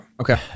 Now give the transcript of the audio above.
Okay